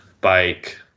bike